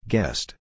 Guest